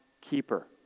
keeper